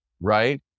right